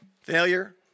failure